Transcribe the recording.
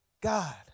God